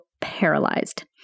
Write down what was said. paralyzed